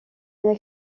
est